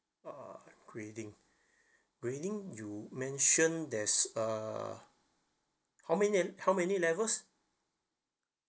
uh grading grading you mentioned there's uh how many how many levels